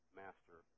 master